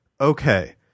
okay